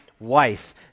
wife